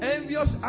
Envious